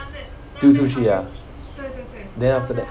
推出去 ah then after that